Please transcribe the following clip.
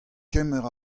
kemer